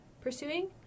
pursuing